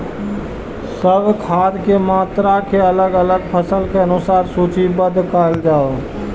सब खाद के मात्रा के अलग अलग फसल के अनुसार सूचीबद्ध कायल जाओ?